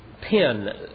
pen